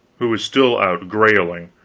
who was still out grailing,